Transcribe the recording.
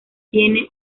tiene